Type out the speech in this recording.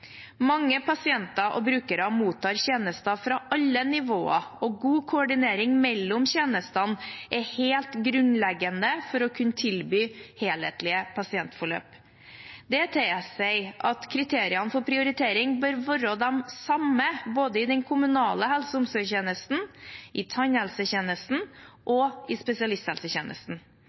Mange pasienter og brukere mottar tjenester fra alle nivåer, og god koordinering mellom tjenestene er helt grunnleggende for å kunne tilby helhetlige pasientforløp. Det tilsier at kriteriene for prioritering bør være de samme både i den kommunale helse- og omsorgstjenesten, i tannhelsetjenesten og i spesialisthelsetjenesten.